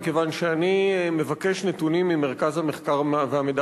מכיוון שאני מבקש נתונים ממרכז המחקר והמידע